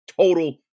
total